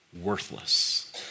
worthless